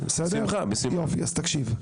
אז תקשיב.